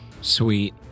Sweet